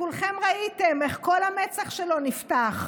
כולכם ראיתם איך כל המצח שלו נפתח.